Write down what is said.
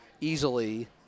easily